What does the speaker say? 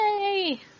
Yay